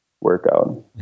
workout